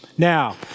Now